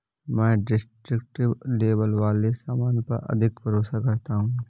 मैं descriptive label वाले सामान पर अधिक भरोसा करता हूं